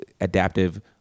adaptive